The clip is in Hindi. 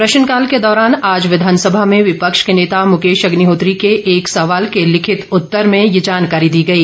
प्रश्नकाल के दौरान आज विधानसभा में विपक्ष के नेता मुकेश अग्निहोत्री के एक सवाल के लिखित उत्तर में ये जानकारी दी गई